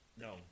No